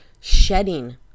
shedding